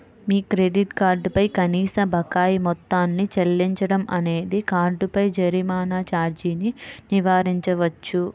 మీ credit card పై కనీస బకాయి మొత్తాన్ని చెల్లించడం అనేది కార్డుపై జరిమానా ఛార్జీని నివారించవచ్చు